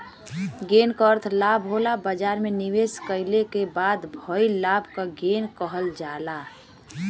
gain क अर्थ लाभ होला बाजार में निवेश कइले क बाद भइल लाभ क गेन कहल जाला